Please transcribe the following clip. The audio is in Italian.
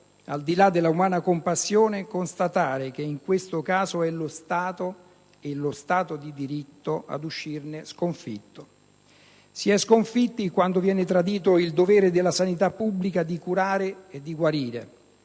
al di là dell'umana compassione, constatare che in questo caso è lo Stato - e lo Stato di diritto - ad uscirne sconfitto: si è sconfitti quando viene tradito il dovere della sanità pubblica di curare e guarire;